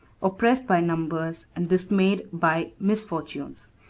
oppressed by numbers, and dismayed by misfortunes.